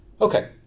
Okay